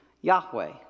Yahweh